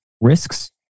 risks